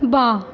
ਵਾਹ